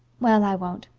well, i won't.